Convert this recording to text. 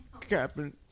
Captain